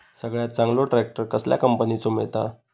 सगळ्यात चांगलो ट्रॅक्टर कसल्या कंपनीचो मिळता?